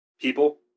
people